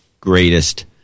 greatest